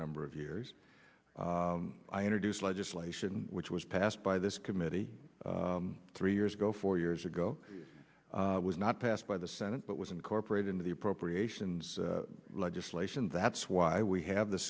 number of years i introduced legislation which was passed by this committee three years ago four years ago was not passed by the senate but was incorporated into the appropriations legislation that's why we have the